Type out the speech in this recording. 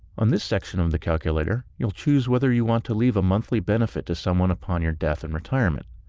on this section of the calculator, you'll choose whether you want to leave a monthly benefit to someone upon your death in retirement.